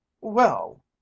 Well